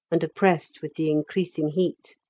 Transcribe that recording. and oppressed with the increasing heat.